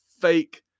fake